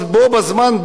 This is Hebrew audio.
אז בו בזמן,